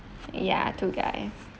ya two guy